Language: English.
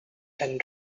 and